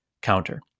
counter